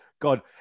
God